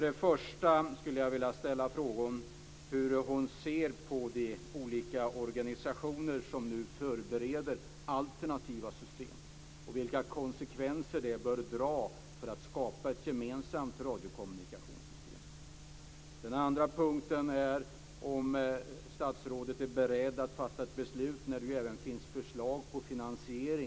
Den första frågan är hur hon ser på de olika organisationer som nu förbereder alternativa system och vilka konsekvenser man bör dra av det för att skapa ett gemensamt radiokommunikationssystem. Den andra frågan är om statsrådet är beredd att fatta ett beslut när det nu även finns förslag om finansiering.